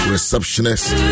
Receptionist